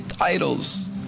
idols